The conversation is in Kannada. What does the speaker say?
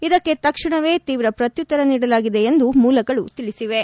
ಇದಕ್ಕೆ ತಕ್ಷಣವೇ ತೀವ್ರ ಪ್ರತ್ಯುತ್ತರ ನೀಡಲಾಗಿದೆ ಎಂದು ಇದೇ ಮೂಲಗಳು ತಿಳಿಸಿವೆ